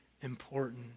important